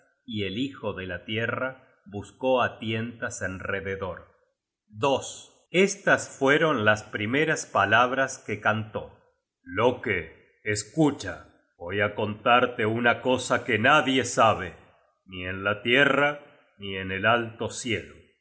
y el hijo de la tierra buscó á tientas en rededor estas fueron las primeras palabras que cantó loke escucha voy á contarte una cosa que nadie sabe ni en la tierra ni en el alto cielo